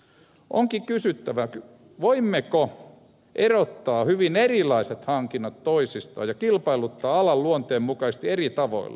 onkin kysyttävä voimmeko erottaa hyvin erilaiset hankinnat toisistaan ja kilpailuttaa alan luonteen mukaisesti eri tavoilla